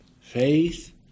Faith